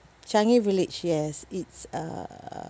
changi village yes it's uh